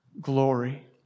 glory